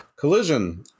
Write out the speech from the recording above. Collision